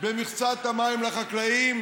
במכסת המים לחקלאים,